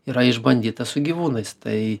yra išbandyta su gyvūnais tai